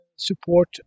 support